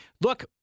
look